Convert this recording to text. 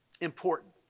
important